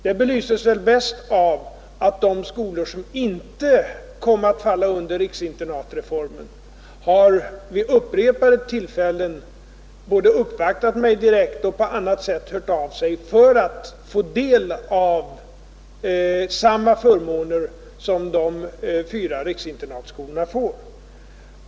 Detta belyses kanske bäst av att de skolor som inte kom att falla under riksinternatreformen vid upprepade tillfällen har uppvaktat mig direkt eller hört av sig på annat sätt för att få del av samma förmåner som de fyra riksinternatskolorna får.